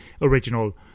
original